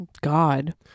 God